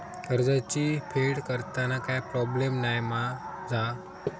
कर्जाची फेड करताना काय प्रोब्लेम नाय मा जा?